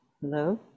hello